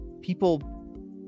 people